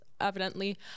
evidently